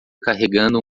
carregando